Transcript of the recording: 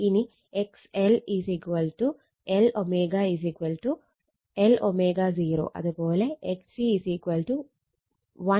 ഇനി XL L ω Lω0 അത് പോലെ XC 1ω C 1ω0 c